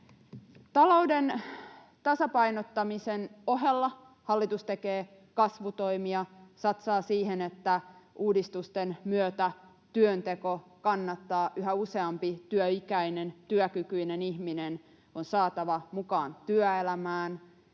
Talouden tasapainottamisen ohella hallitus tekee kasvutoimia ja satsaa siihen, että uudistusten myötä työnteko kannattaa. Yhä useampi työikäinen ja työkykyinen ihminen on saatava mukaan työelämään,